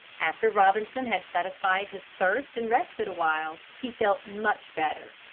after robinson had satisfied his thirst and rested awhile, he felt much better.